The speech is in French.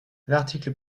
l’article